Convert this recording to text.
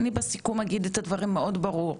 אני בסיכום אגיד את הדברים מאוד ברור,